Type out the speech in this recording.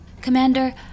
Commander